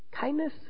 kindness